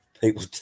People